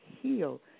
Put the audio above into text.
heal